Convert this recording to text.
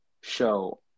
show